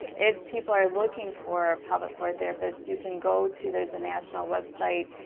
if people are looking for a pelvic floor therapist, you can go to, there's a national website.